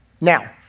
Now